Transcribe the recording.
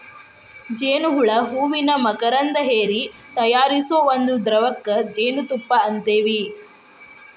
ಜೇನ ಹುಳಾ ಹೂವಿನ ಮಕರಂದಾ ಹೇರಿ ತಯಾರಿಸು ಒಂದ ದ್ರವಕ್ಕ ಜೇನುತುಪ್ಪಾ ಅಂತೆವಿ